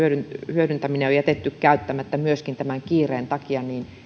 hyödyntäminen on jätetty käyttämättä myöskin tämän kiireen takia niin